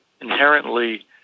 inherently